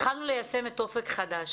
התחלנו ליישם את אופק חדש.